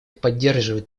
поддерживает